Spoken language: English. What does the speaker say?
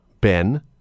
Ben